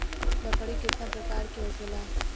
लकड़ी केतना परकार के होखेला